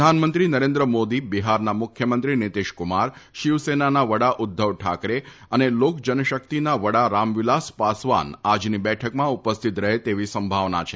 પ્રધાનમંત્રી નરેન્દ્ર મોદી બિહારના મુખ્યમંત્રી નિતીશકુમાર શિવસેનાના વડા ઉદ્વવ ઠાકરે અને લોકજનસક્તિના વડા રામવિલાસ પાસવાન આજની બેઠકમાં ઉપસ્થિત રહે તેવી સંભાવના છે